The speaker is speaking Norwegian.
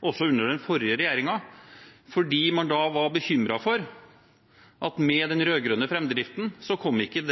også under den forrige regjeringen, fordi man da var bekymret for at med den rød-grønne framdriften kom ikke